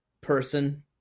person